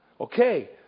Okay